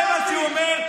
זה מה שהוא אומר.